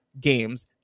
GAMES